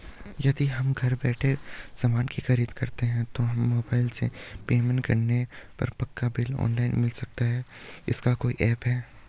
यदि हम घर बैठे सामान की खरीद करते हैं तो हमें मोबाइल से पेमेंट करने पर पक्का बिल ऑनलाइन मिल सकता है इसका कोई ऐप है